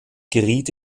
geriet